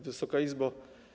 Wysoka Izbo!